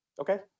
Okay